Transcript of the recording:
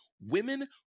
women